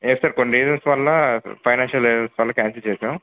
yes sir కొన్ని reasons వల్లా financial reasons వల్ల క్యాన్సిల్ చేశాము